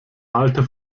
alter